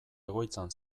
egoitzan